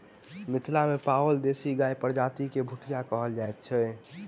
मिथिला मे पाओल देशी गायक प्रजाति के भुटिया कहल जाइत छै